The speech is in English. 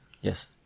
yes